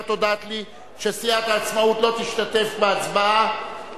את הודעת שסיעת העצמאות לא תשתתף בהצבעה,